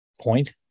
point